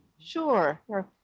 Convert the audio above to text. sure